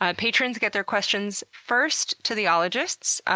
ah patrons get their questions first to the ologists,